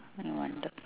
only one dog